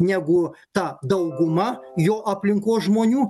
negu ta dauguma jo aplinkos žmonių